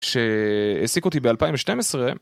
שהעסיקו אותי ב-2012